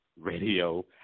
radio